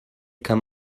kam